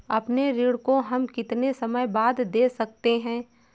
अपने ऋण को हम कितने समय बाद दे सकते हैं?